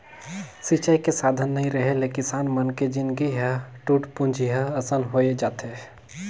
सिंचई के साधन नइ रेहे ले किसान मन के जिनगी ह टूटपुंजिहा असन होए जाथे